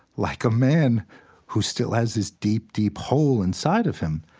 like a man who still has this deep, deep hole inside of him.